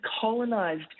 colonized